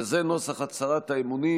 וזה נוסח הצהרת האמונים: